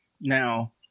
Now